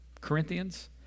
Corinthians